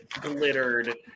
glittered